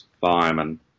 firemen